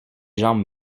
jambes